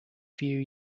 few